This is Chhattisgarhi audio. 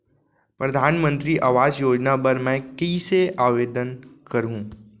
परधानमंतरी आवास योजना बर मैं कइसे आवेदन करहूँ?